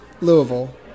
Louisville